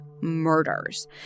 murders